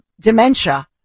dementia